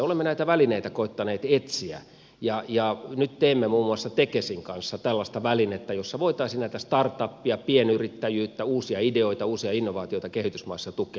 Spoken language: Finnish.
olemme näitä välineitä koettaneet etsiä ja nyt teemme muun muassa tekesin kanssa tällaista välinettä jolla voitaisiin näitä startupeja pienyrittäjyyttä uusia ideoita uusia innovaatioita kehitysmaissa tukea